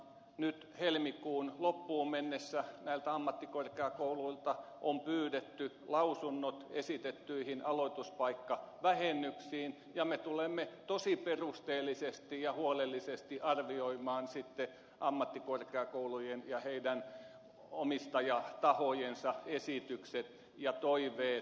nyt helmikuun loppuun mennessä näiltä ammattikorkeakouluilta on pyydetty lausunnot esitettyihin aloituspaikkavähennyksiin ja me tulemme tosi perusteellisesti ja huolellisesti arvioimaan sitten ammattikorkeakoulujen ja heidän omistajatahojensa esitykset ja toiveet